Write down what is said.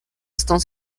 estão